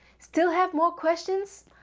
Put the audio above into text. still have more questions?